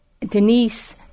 Denise